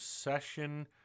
session